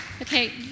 Okay